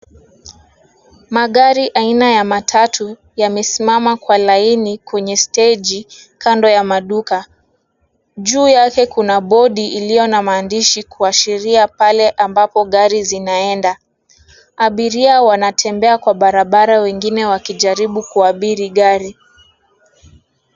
Magari aina ya matatu yamesimama kwa laini kwenye steji, kando ya maduka. Juu yake kuna bodi iliyo na maandishi kuashiria pale ambapo gari zinaenda. Abiria wanatembea kwa barabara, wengine wakijaribu kuabiri gari.